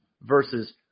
Versus